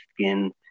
skin